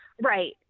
Right